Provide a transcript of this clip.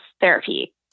therapy